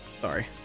Sorry